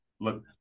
look